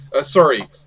sorry